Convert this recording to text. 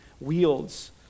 wields